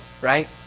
right